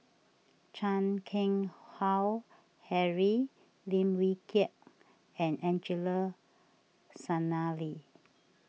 Chan Keng Howe Harry Lim Wee Kiak and Angelo Sanelli